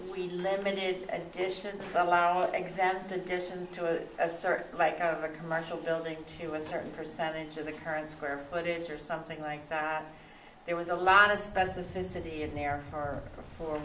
be limited edition somehow exempt additions to assert like a commercial building to a certain percentage of the current square footage or something like that there was a lot of specificity in there are for